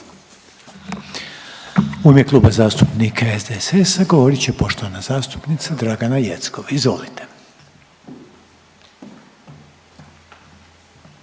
ime Kluba zastupnika SDSS-a govorit će poštovana zastupnica Dragana Jeckov. Izvolite.